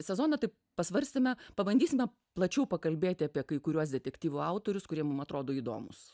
sezoną taip pasvarstėme pabandysime plačiau pakalbėti apie kai kuriuos detektyvų autorius kurie mum atrodo įdomūs